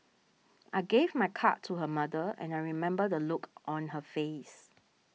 I gave my card to her mother and I remember the look on her face